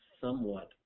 somewhat